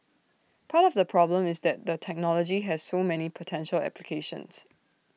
part of the problem is that the technology has so many potential applications